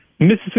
Mississippi